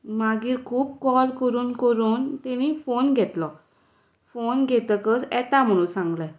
मागीर खूब कॉल करून करून तांणी फोन घेतलो फोन घेतकच येता म्हणून सांगलें